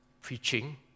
preaching